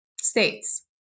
states